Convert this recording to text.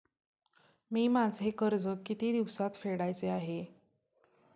मी माझे कर्ज किती दिवसांत फेडायचे आहे?